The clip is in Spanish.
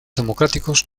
democráticos